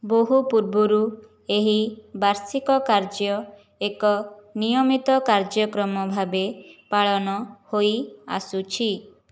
ବହୁପୂର୍ବରୁ ଏହି ବାର୍ଷିକ କାର୍ଯ୍ୟ ଏକ ନିୟମିତ କାର୍ଯ୍ୟକ୍ରମ ଭାବେ ପାଳନ ହୋଇଆସୁଛି